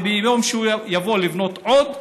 וביום שהוא יבוא לבנות עוד,